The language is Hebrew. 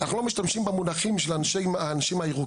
אנחנו לא משתמשים במונחים של האנשים הירוקים